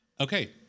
Okay